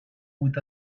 with